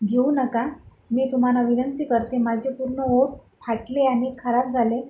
घेऊ नका मी तुम्हाला विनंती करते माझे पूर्ण ओठ फाटले आणि खराब झाले